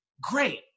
great